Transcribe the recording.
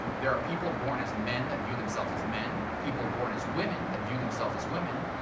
there are people born as men that view themselves as men, people born as women that view themselves as women,